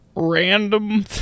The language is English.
Random